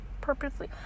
purposely